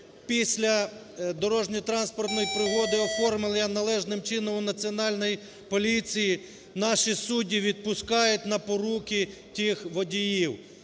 після дорожньо-транспортної пригоди, оформленої належним чином у Національній поліції, наші судді відпускають на поруки тих водіїв.